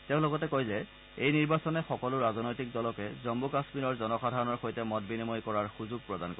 তেওঁ লগতে কয় যে এই নিৰ্বাচনে সকলো ৰাজনৈতিক দলকে জম্মু কাশ্মীৰৰ জনসাধাৰণৰ সৈতে মত বিনিময় কৰাৰ সুযোগ প্ৰদান কৰিব